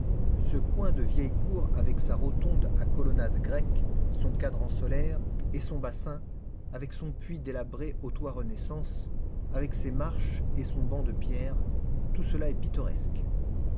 ce coin de vieille cour avec sa rotonde à colonnade grecque son cadran solaire et son bassin avec son puits délabré au toit renaissance avec ses marches et son banc de pierre tout cela est pittoresque